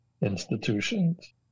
institutions